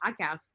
podcast